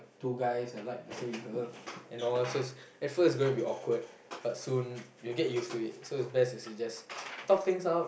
two guys that like the same girl and all so it's at first it's gonna be awkward but soon you'll get used to it so it's best if you just talk things out